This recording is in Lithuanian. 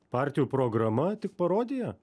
partijų programa tik parodija